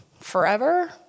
Forever